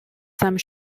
some